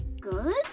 good